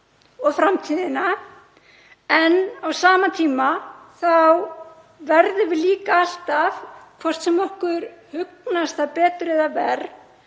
og framtíðina en á sama tíma þá verðum við líka alltaf, hvort sem okkur hugnast það betur eða verr,